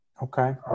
Okay